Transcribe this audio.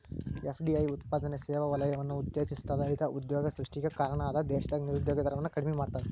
FDI ಉತ್ಪಾದನೆ ಸೇವಾ ವಲಯವನ್ನ ಉತ್ತೇಜಿಸ್ತದ ಇದ ಉದ್ಯೋಗ ಸೃಷ್ಟಿಗೆ ಕಾರಣ ಅದ ದೇಶದಾಗ ನಿರುದ್ಯೋಗ ದರವನ್ನ ಕಡಿಮಿ ಮಾಡ್ತದ